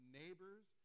neighbors